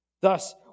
Thus